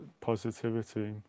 positivity